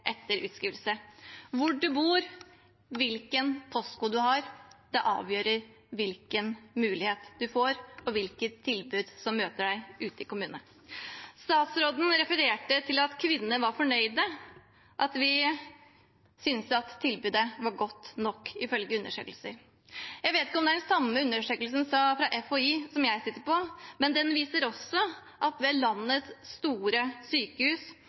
etter utskrivning. Hvor en bor, hvilket postnummer en har, avgjør hvilke muligheter en får, og hvilke tilbud som møter en ute i kommunene. Statsråden refererte til at kvinnene var fornøyde, at vi syntes tilbudet var godt nok, ifølge undersøkelser. Jeg vet ikke om det er den samme undersøkelsen, fra FHI, som jeg sitter på, men den viser også at ved landets store sykehus